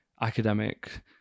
academic